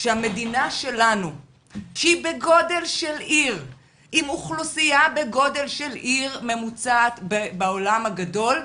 שהמדינה שלנו שהיא עם אוכלוסייה בגודל של עיר ממוצעת בעולם הגדול,